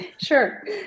Sure